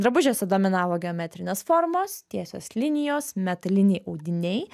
drabužiuose dominavo geometrinės formos tiesios linijos metaliniai audiniai